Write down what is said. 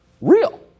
real